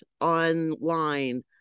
online